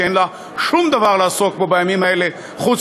שאין לה שום דבר לעסוק בו בימים האלה חוץ